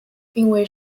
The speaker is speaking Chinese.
并未